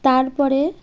তার পরে